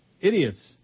Idiots